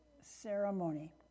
ceremony